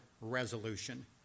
resolution